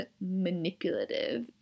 manipulative